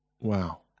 Wow